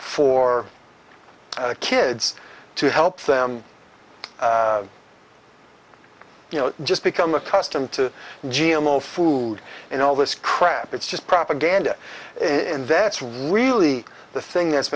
for kids to help them you know just become accustomed to g m o food and all this crap it's just propaganda in that's really the thing that's